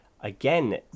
again